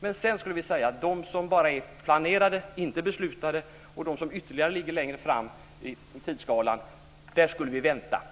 Men de som bara är planerade, inte beslutade, och de som ligger ännu längre fram i tiden skulle vi vänta med.